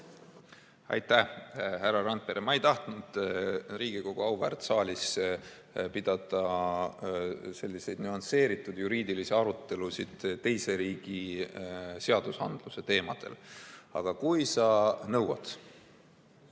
Aitäh, härra Randpere! Ma ei tahtnud Riigikogu auväärt saalis pidada selliseid nüansseeritud juriidilisi arutelusid teise riigi seaduse teemadel. Aga kui sa nõuad,